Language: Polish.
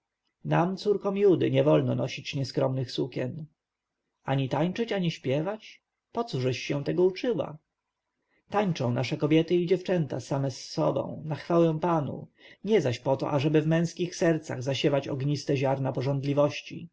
nam córkom judy nie wolno nosić nieskromnych sukien ani tańczyć ani śpiewać pocóżeś się tego uczyła tańczą nasze kobiety i dziewczęta same z sobą na chwałę panu nie zaś poto aby w męskich sercach zasiewać ogniste ziarna pożądliwości